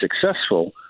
successful